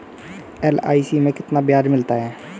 LIC में कितना ब्याज मिलता है?